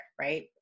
right